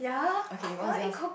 okay what's yours